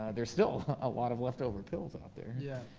there's still a lot of leftover pills out there. yeah